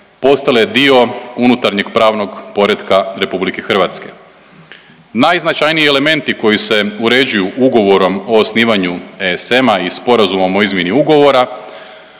postale dio unutarnjeg pravnog poretka RH. Najznačajniji elementi koji se uređuju Ugovorom o osnivanju ESM-a i Sporazumom o izmjeni Ugovora